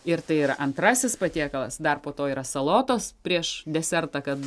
ir tai yra antrasis patiekalas dar po to yra salotos prieš desertą kad